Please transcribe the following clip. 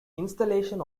installation